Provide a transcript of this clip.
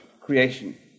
creation